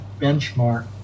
benchmark